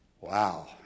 Wow